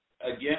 Again